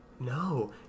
no